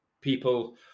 people